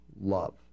love